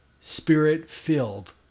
Spirit-Filled